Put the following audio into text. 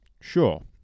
Sure